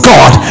God